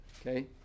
okay